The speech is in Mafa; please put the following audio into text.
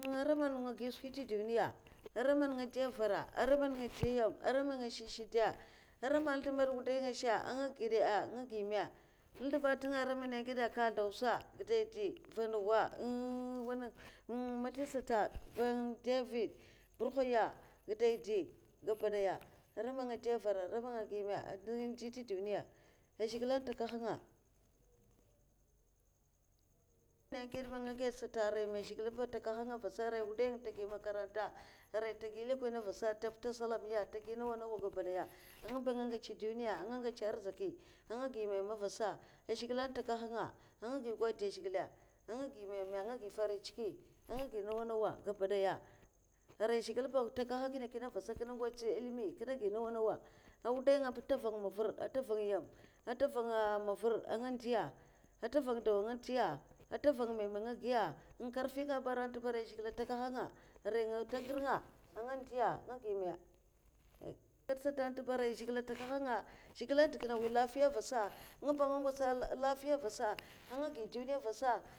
Ara man nga gi skwi tè duniya ara man nga de avara, ara man nga de nyam, ara man nga shid'shida'aray man nzlèmbad wuday nga zhè anga ayè gada'a anga gi meme nzlèmbad ara mana gada kalthausa, gidaidi, vanawa, un wanan un mazlisata an ndavid'bur'hoiya, gidaidi. gabadaya aran man nga de vara ara man nga ge me, ah didn nji nta duniya ah zhigile an n'takahanga, aran un'ged man nga god sata arai zhigile ba an'takahanga avasa kata arai nwudainga nte gui makaranta, arai nta ge lekone'avasa arai nta mputa salamiya arain ta palay ngu gabadaya ang guba nga ngeche duniya anga ngeche arzaki anga ge meme avasa zhigile an'takahanga anga gi godiya a zhigilè anga meme anga gi farin chiki, anga gi nawa 'nawa, gabadaya arai zhigile an'takahanga kinne avasa kine ngots ilimi un kine gi nawa nawa, an nwudainga ba anda nvan mavur anta van nyema anta nvana muvurh anga ndiya, anta van daw anga ntiya anta van meme anga giya, karfinga amb aranta ba arai zhigile an'takahanga, arai nta ger nga, nga ndiya nga gaume. kasata ntenta ba arai zhigile an'takahanga, a zhigile dekinna mwi lafiya avasa ngu ba angangots lafiya avasa anga gi duniya ava'sa.